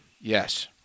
Yes